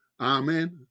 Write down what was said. Amen